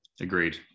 Agreed